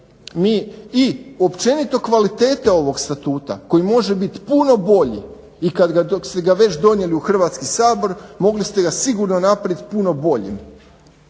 47. i općenito kvalitete ovog statuta koji može biti puno bolji i kad ste ga već donijeli u Hrvatski sabor mogli ste ga sigurno napravit puno boljim.